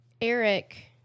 Eric